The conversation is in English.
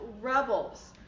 rebels